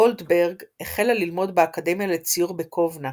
גולדברג החלה ללמוד באקדמיה לציור בקובנה